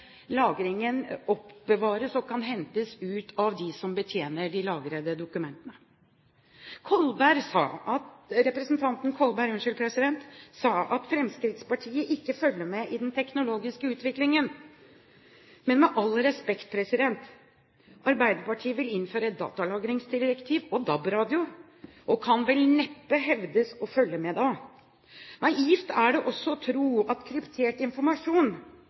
lagringen, betyr det at det ikke bare er én som håndterer den lagrede informasjonen. En her snakket om at den lagrede informasjonen forsvant inn i et sort hull. Sånn er det ikke, informasjonen oppbevares og kan hentes ut av dem som betjener de lagrede dokumentene. Representanten Kolberg sa at Fremskrittspartiet ikke følger med i den teknologiske utviklingen. Men med all respekt – Arbeiderpartiet vil innføre datalagringsdirektiv og DAB-radio og kan vel